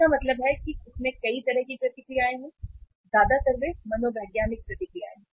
इसका मतलब है कि इसमें कई तरह की प्रतिक्रियाएं हैं ज्यादातर वे मनोवैज्ञानिक प्रतिक्रियाएं हैं